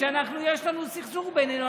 יש סכסוך בינינו,